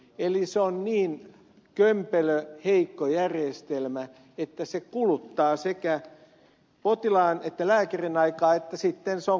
eli se on niin kömpelö heikko järjestelmä että se kuluttaa sekä potilaan että lääkärin aikaa ja sitten se on myös kallis